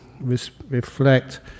reflect